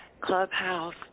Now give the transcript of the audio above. Clubhouse